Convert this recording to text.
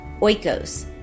Oikos